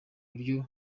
buryo